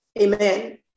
Amen